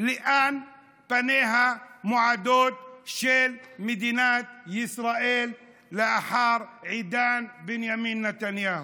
לאן מועדות פניה של מדינת ישראל לאחר עידן בנימין נתניהו?